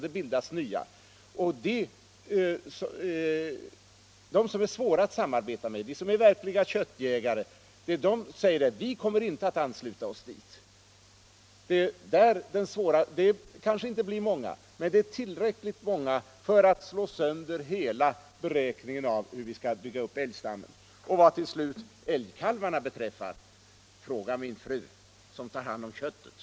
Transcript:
Det är de som är svåra att samarbeta med, de som är verkliga köttjägare, som säger: ”Vi kommer inte att ansluta oss.” De kanske inte blir många men tillräckligt många för att slå sönder hela beräkningen av hur vi skall bygga upp älgstammen. Och vad till slut beträffar älgkalvarna: Fråga min fru som tar hand om köttet!